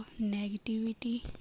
negativity